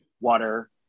water